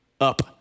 up